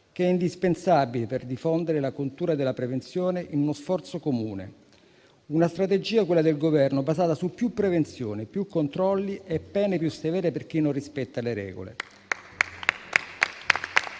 che è indispensabile per diffondere la cultura della prevenzione in uno sforzo comune. Una strategia, quella del Governo, basata su più prevenzione, più controlli e pene più severe per chi non rispetta le regole.